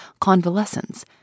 convalescence